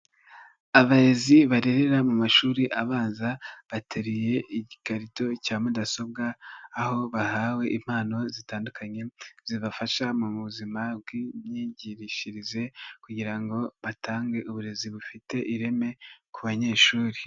Abarezi barerera mu mashuri abanza, bateruye igikarito cya mudasobwa aho bahawe impano zitandukanye, zibafasha mu buzima bw'imyigishirize, kugira ngo batange uburezi bufite ireme ku banyeshuri.